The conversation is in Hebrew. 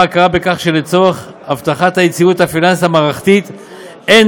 ההכרה בכך שלצורך הבטחת היציבות הפיננסית המערכתית אין